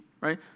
right